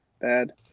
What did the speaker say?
bad